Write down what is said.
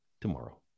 tomorrow